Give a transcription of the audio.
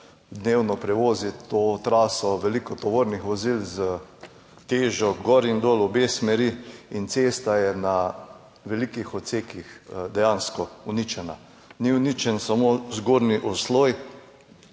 dnevno prevozi to traso res veliko tovornih vozil s težo gor in dol, v obe smeri, in cesta je na veliko odsekih dejansko uničena. Ni uničen samo zgornji sloj,